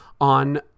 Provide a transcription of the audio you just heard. on